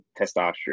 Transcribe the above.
testosterone